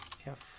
half